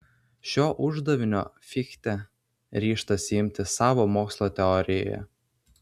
šio uždavinio fichtė ryžtasi imtis savo mokslo teorijoje